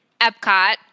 Epcot